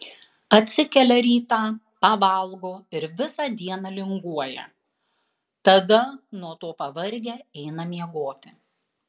atsikelia rytą pavalgo ir visą dieną linguoja tada nuo to pavargę eina miegoti